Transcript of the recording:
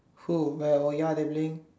who where oh ya they playing